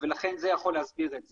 לכן זה יכול להסביר את זה.